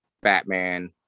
Batman